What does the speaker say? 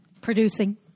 Producing